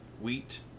wheat